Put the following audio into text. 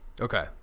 Okay